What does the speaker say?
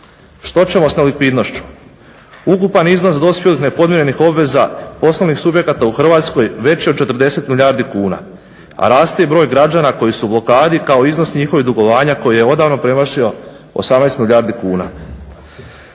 Što ćemo s nelikvidnošću? Ukupan iznos dospjelih nepodmirenih obveza poslovnih subjekata u Hrvatskoj veći je od 40 milijardi kuna a raste i broj građana koji su u blokadi kao iznos njihovih dugovanja koji je odavno premašio 18 milijardi kuna.